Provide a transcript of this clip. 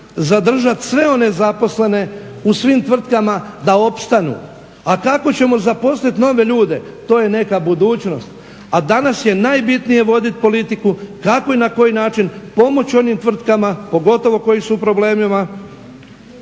zadržati sve one zaposlene u svim tvrtkama da opstanu, a kako ćemo zaposliti nove ljude to je neka budućnost. A danas je najbitnije voditi politiku kako i na koji način pomoći onim tvrtkama pogotovo koji su u problemima